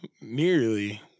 nearly